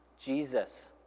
Jesus